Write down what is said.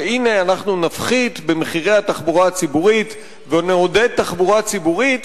שהנה נפחית את מחירי התחבורה הציבורית ונעודד תחבורה ציבורית,